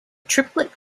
triplet